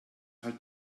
halt